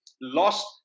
lost